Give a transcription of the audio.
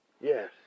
yes